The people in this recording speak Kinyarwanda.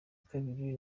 kabiri